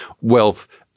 wealth